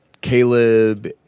Caleb